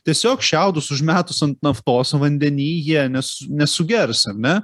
tiesiog šiaudus užmetus ant naftos vandeny jie nesu nesugers ar ne